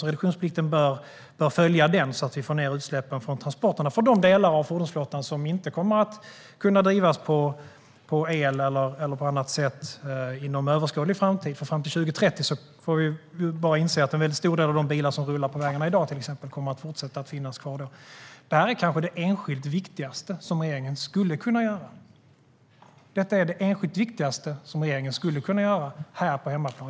Reduktionsplikten bör följa den, så att vi får ned utsläppen från transporterna för de delar av fordonsflottan som inte kommer att kunna drivas med el eller på annat sätt inom överskådlig framtid. Vi får inse att en stor del av de bilar som rullar på vägarna i dag kommer att finnas kvar 2030. Detta är det enskilt viktigaste som regeringen skulle kunna göra här på hemmaplan.